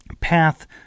path